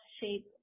shape